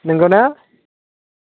नंगौना